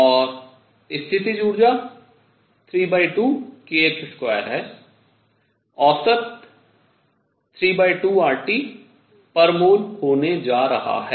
और स्थितिज ऊर्जा 32kx2 है औसत 3RT2 प्रति मोल होने जा रहा है